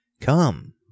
come